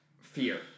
Fear